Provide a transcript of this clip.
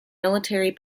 military